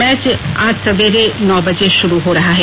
match आज सवेरे नौ बजे शुरू हो रहा है